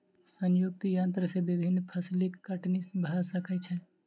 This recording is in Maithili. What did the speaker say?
संयुक्तक यन्त्र से विभिन्न फसिलक कटनी भ सकै छै